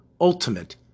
ultimate